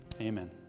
Amen